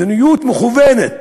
מדיניות מכוונת